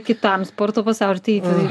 kitam sporto pasauly tai